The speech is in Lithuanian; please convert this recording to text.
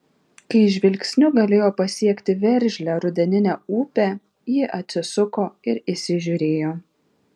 kai žvilgsniu galėjo pasiekti veržlią rudeninę upę ji atsisuko ir įsižiūrėjo